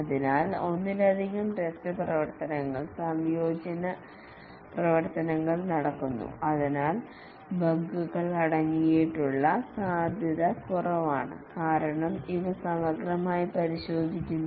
അതിനാൽ ഒന്നിലധികം ടെസ്റ്റ് പ്രവർത്തനങ്ങൾ സംയോജന പ്രവർത്തനങ്ങൾ നടക്കുന്നു അതിനാൽ ബഗുകൾ അടങ്ങിയിരിക്കാനുള്ള സാധ്യത കുറവാണ് കാരണം ഇവ സമഗ്രമായി പരിശോധിക്കുന്നു